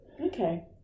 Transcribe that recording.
okay